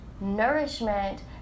nourishment